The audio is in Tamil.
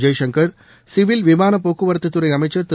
ஜெய்சங்கர் சிவில் விமானப் போக்குவரத்துத் துறை அமைச்சர் திரு